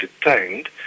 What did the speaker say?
detained